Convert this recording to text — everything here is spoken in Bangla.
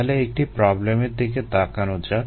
তাহলে একটি প্রবলেমের দিকে তাকানো যাক